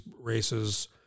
races